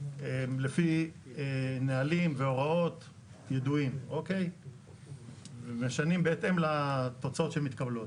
לפי נהלים והוראות ידועים ומשנים בהתאם לתוצאות שמתקבלות.